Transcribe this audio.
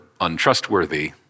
untrustworthy